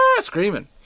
screaming